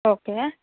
okay